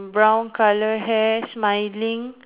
brown colour hair smiling